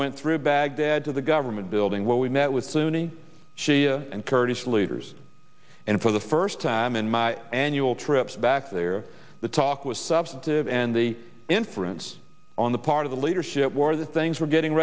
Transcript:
went through baghdad to the government building where we met with sunni shia and kurdish leaders and for the first time in my annual trips back there the talk was substantive and the inference on the part of the leadership war that things were getting